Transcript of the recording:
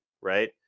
right